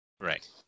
Right